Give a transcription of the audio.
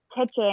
kitchen